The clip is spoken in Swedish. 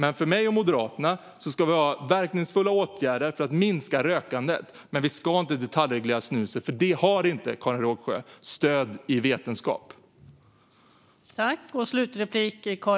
Enligt mig och Moderaterna ska vi ha verkningsfulla åtgärder för att minska rökandet, men vi ska inte detaljreglera snuset, för det har inte stöd i vetenskap, Karin Rågsjö.